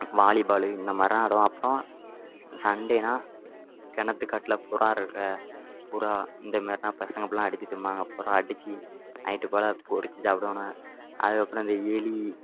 வாலி பாலு இந்தமாதிரிதான் விளாடுவோம் அப்புறம் சண்டேன்னால் கிணத்துக் காட்டில் புறா இருக்கில்ல புறா இந்தமாதிரிலாம் பசங்கள் எல்லாம் அடித்து திண்பாங்க புறா அடித்து நைட்டு போல் பொரித்து சாப்பிடுவானோ அதுக்கப்புறம் இந்த எலி